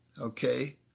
Okay